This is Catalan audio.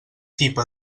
tipa